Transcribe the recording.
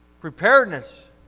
Preparedness